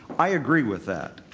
i agree with that.